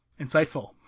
insightful